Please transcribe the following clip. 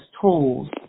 tools